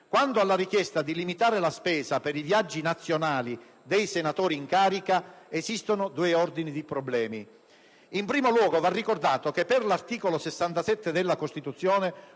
Quanto alla richiesta di limitare la spesa per i viaggi nazionali dei senatori in carica, esistono due ordini di problemi: in primo luogo, va ricordato che per l'articolo 67 della Costituzione